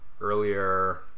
earlier